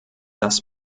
das